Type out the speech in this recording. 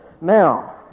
Now